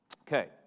Okay